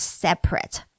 separate